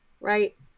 Right